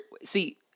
see